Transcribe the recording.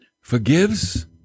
forgives